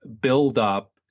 buildup